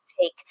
take